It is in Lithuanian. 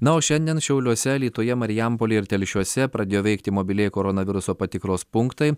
na o šiandien šiauliuose alytuje marijampolėj ir telšiuose pradėjo veikti mobilieji koronaviruso patikros punktai